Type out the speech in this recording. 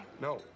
No